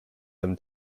them